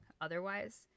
otherwise